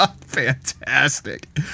Fantastic